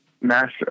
master